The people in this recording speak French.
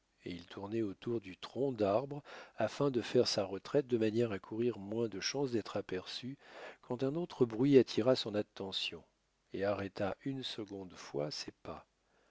et il tournait autour du tronc d'arbre afin de faire sa retraite de manière à courir moins de chance d'être aperçu quand un autre bruit attira son attention et arrêta une seconde fois ses pas